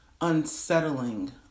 unsettling